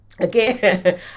okay